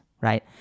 right